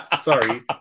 Sorry